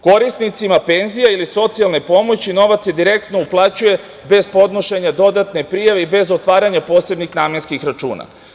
Korisnicima penzija ili socijalne pomoći novac se direktno uplaćuje bez podnošenja dodatne prijave i bez otvaranje posebnih namenskih računa.